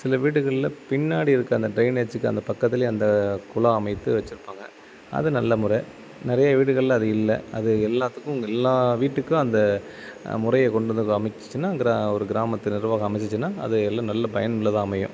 சில வீடுகளில் பின்னாடி இருக்க அந்த ட்ரைனேஜிக்கு அந்த பக்கத்திலேயே அந்த குழா அமைத்து வச்சுருப்பாங்க அது நல்ல முறை நிறைய வீடுகளில் அது இல்லை அது எல்லாத்துக்கும் எல்லா வீட்டுக்கும் அந்த முறையை கொண்டு வந்து அமைச்சிச்சுன்னா கிர ஒரு கிராமத்து நிர்வாகம் அமைச்சிச்சுன்னா அது எல்லாம் நல்ல பயன் உள்ளதாக அமையும்